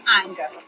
anger